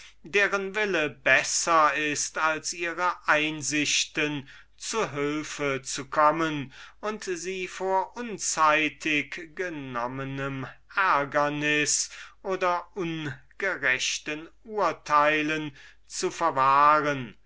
deren wille besser ist als ihre einsichten zu hülfe zu kommen und sie vor unzeitig genommenem ärgernis oder ungerechten urteilen zu verwahren